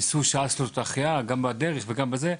ניסו במשך שעה לעשות החייאה גם בדרך לבית החולים.